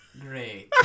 Great